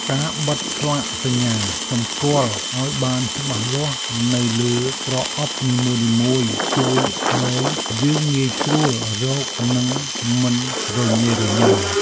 ការបិទស្លាកសញ្ញាសម្គាល់ឱ្យបានច្បាស់លាស់នៅលើប្រអប់នីមួយៗជួយឱ្យយើងងាយស្រួលរកនិងមិនរញ៉េរញ៉ៃ។